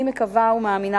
אני מקווה ומאמינה,